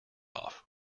off